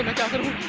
government